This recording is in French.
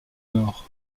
nord